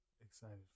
Excited